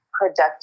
productive